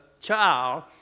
child